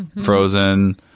frozen